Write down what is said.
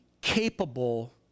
capable